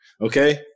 okay